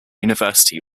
university